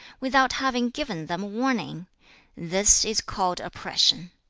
without having given them warning this is called oppression.